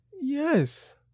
Yes